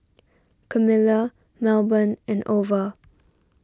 Camila Melbourne and Ova